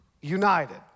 united